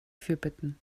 fürbitten